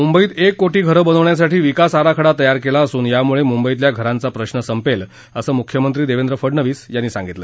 मुंबईत् एक कोटी घरं बनवण्यासाठी विकास आराखडा तयार केला असून यामुळे मुंबईतल्या घरांचा प्रश्न संपेल असं मुख्यमंत्री देवेंद्र फडणवीस यांनी सांगितलं